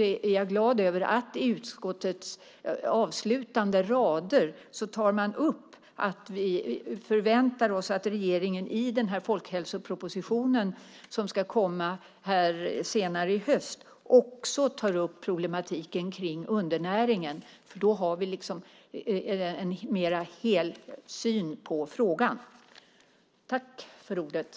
är jag glad över att utskottet i sina avslutande rader tar upp att vi förväntar oss att regeringen i den folkhälsoproposition som ska komma senare också tar upp problematiken kring undernäringen eftersom vi då har en mer heltäckande syn på frågan.